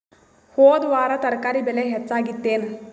ಹೊದ ವಾರ ತರಕಾರಿ ಬೆಲೆ ಹೆಚ್ಚಾಗಿತ್ತೇನ?